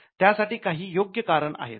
त्याच्यासाठी काही योग्य कारण आहेत